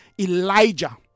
elijah